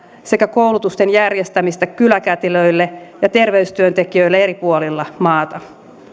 sekä koulutusten järjestämistä kyläkätilöille ja terveystyöntekijöille eri puolilla maata